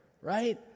right